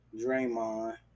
Draymond